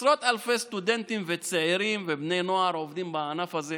עשרות אלפי סטודנטים וצעירים ובני נוער עובדים בענף הזה,